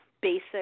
basic